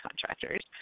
contractors